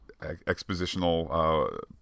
expositional